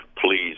please